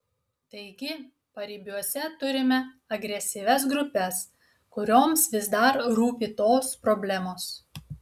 taigi paribiuose turime agresyvias grupes kurioms vis dar rūpi tos problemos